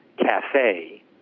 CAFE